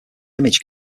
image